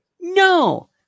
No